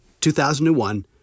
2001